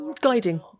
guiding